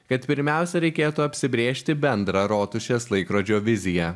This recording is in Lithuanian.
kad pirmiausia reikėtų apsibrėžti bendrą rotušės laikrodžio viziją